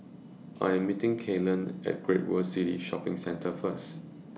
I Am meeting Kylan At Great World City Shopping Centre First